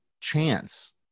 chance